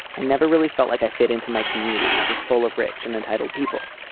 i never really felt like i fit into my community which is full of rich and entitled people.